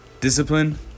discipline